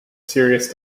serious